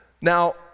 Now